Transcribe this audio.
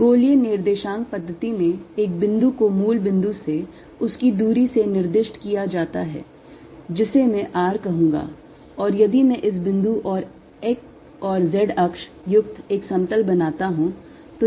गोलीय निर्देशांक पद्धति में एक बिंदु को मूल बिंदु से उसकी दूरी से निर्दिष्ट किया जाता है जिसे मैं r कहूंगा और यदि मैं इस बिंदु और z अक्ष युक्त एक समतल बनाता हूं